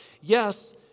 Yes